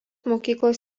mokyklos